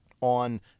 on